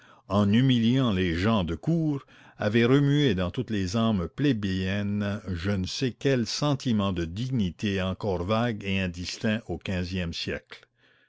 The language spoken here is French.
en humiliant les gens de cour avait remué dans toutes les âmes plébéiennes je ne sais quel sentiment de dignité encore vague et indistinct au quinzième siècle